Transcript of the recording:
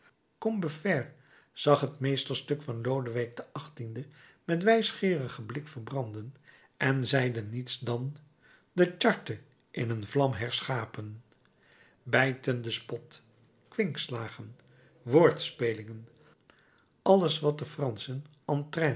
combeferre zag het meesterstuk van lodewijk xviii met wijsgeerigen blik verbranden en zeide niets dan de charte in een vlam herschapen bijtende spot kwinkslagen woordspelingen alles wat de franschen